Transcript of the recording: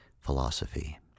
philosophy